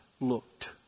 looked